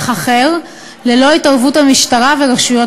שקד, ולאחר מכן נעבור לרשימת